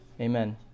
Amen